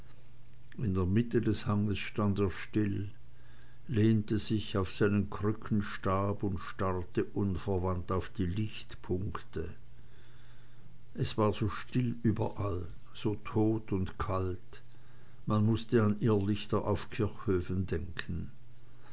an der mitte des hanges stand er still lehnte sich auf seinen krückenstab und starrte unverwandt auf die lichtpunkte es war so still überall so tot und kalt man mußte an irrlichter auf kirchhöfen denken